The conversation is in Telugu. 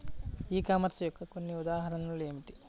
ఈ కామర్స్ యొక్క కొన్ని ఉదాహరణలు ఏమిటి?